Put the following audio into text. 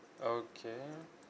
okay